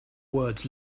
words